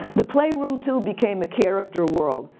the playroom too became a character world.